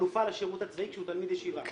חלופה לשירות הצבאי כשהוא תלמיד ישיבה,